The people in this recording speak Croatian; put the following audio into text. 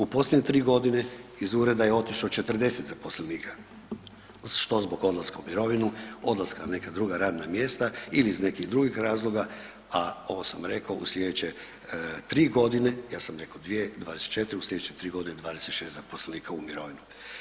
U posljednje 3 godine iz ureda je otišlo 40 zaposlenika, što zbog odlaska u mirovinu, odlaska na neka druga radna mjesta ili iz nekih drugih razloga, a ovo sam rekao, u sljedeće 3 godine, ja sam rekao 2, 24, u sljedeće 3 godine, 26 zaposlenika u mirovinu.